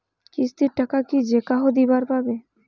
কিস্তির টাকা কি যেকাহো দিবার পাবে?